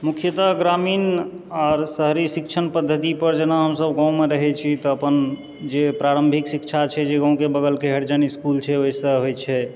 मुखतः ग्रामीण आर शहरी पद्धति पर जेना हम सब गाममे रहैत छी तऽ अपन जे प्रारम्भिक शिक्षा छै जे गाँवके बगलके हरिजन इसकुल छै ओहिसँ होइत छै